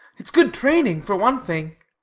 it's good training, for one thing.